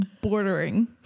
bordering